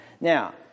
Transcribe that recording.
Now